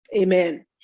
amen